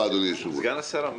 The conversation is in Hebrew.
סגן השר אמר?